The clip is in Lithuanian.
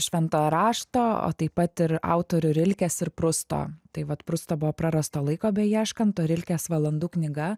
šventojo rašto o taip pat ir autorių rilkės ir prusto tai vat prusto buvo prarasto laiko beieškant o rilkės valandų knyga